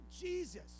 Jesus